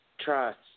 trust